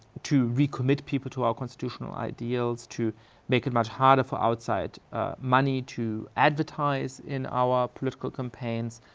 to recommit people to our constitutional ideals, to make it much harder for outside money to advertise in our political campaigns,